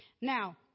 Now